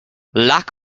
lack